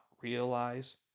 realize